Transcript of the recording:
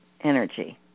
energy